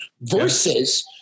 versus